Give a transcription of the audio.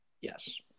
Yes